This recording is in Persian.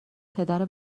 پدر